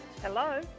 Hello